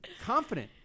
confident